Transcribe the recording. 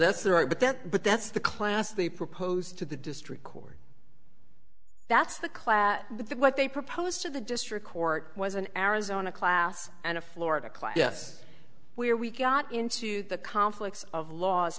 that's their right but that but that's the class the proposed to the district court that's the class that what they proposed to the district court was an arizona class and a florida class yes where we got into the conflicts of laws